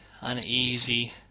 uneasy